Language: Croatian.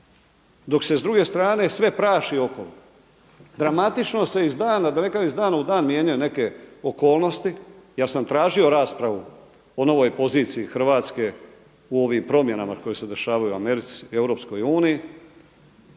dok se s druge strane sve praši okolo, dramatično se iz dana u dan mijenjaju neke okolnosti. Ja sam tražio raspravu o novoj poziciji Hrvatske u ovim promjenama koje se dešavaju u